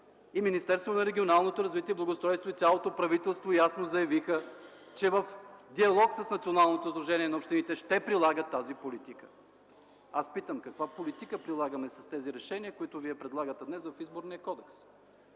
Министерството на регионалното развитие и благоустройството и цялото правителство ясно заявиха, че в диалог с Националното сдружение на общините ще прилагат тази политика. Аз питам: каква политика прилагаме с тези решения, които вие предлагате днес в Изборния кодекс?